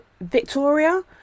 Victoria